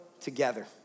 together